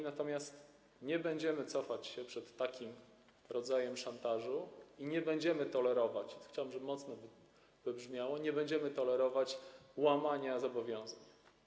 Natomiast nie będziemy cofać się przed takim rodzajem szantażu i nie będziemy tolerować, chciałbym, żeby to mocno wybrzmiało, nie będziemy tolerować łamania zobowiązań.